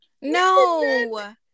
No